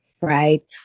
right